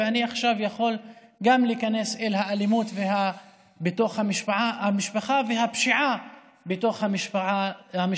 אני יכול עכשיו גם להיכנס לאלימות במשפחה והפשיעה במשפחה.